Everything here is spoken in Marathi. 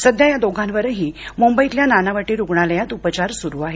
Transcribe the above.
सध्या या दोघांवरही मुंबईतील नानावटी रुग्णालयात उपचार सुरू आहेत